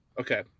Okay